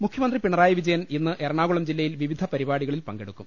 മുഖ്യമന്ത്രി പിണറായി വിജയൻ ഇന്ന് എറണാകുളം ജില്ലയിൽ വിവിധ പരിപാടികളിൽ പങ്കെടുക്കും